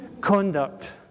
conduct